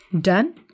Done